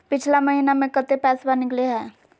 पिछला महिना मे कते पैसबा निकले हैं?